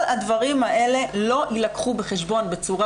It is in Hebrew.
כל הדברים האלה לא יילקחו בחשבון בצורה